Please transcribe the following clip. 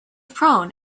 prone